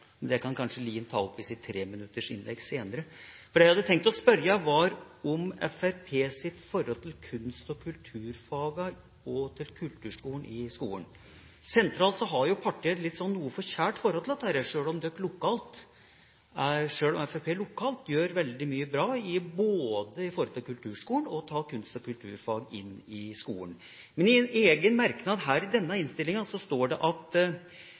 jeg hadde tenkt å spørre om, var Fremskrittspartiets forhold til kunst- og kulturfagene og til kulturskolen i skolen. Sentralt har jo partiet et litt forkjært forhold til dette, sjøl om Fremskrittspartiet lokalt gjør veldig mye bra både med tanke på kulturskolen og ved å ta kunst- og kulturfag inn i skolen. Men i Fremskrittspartiets egen merknad i innstillinga står det at